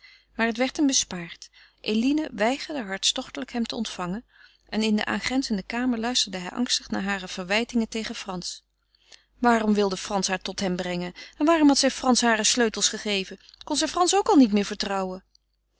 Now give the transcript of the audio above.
maar het werd hem bespaard eline weigerde hartstochtelijk hem te ontvangen en in de aangrenzende kamer luisterde hij angstig naar hare verwijtingen tegen frans waarom wilde frans haar tot hem brengen en waarom had zij frans hare sleutels gegeven kon zij frans ook al niet meer vertrouwen